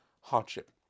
hardship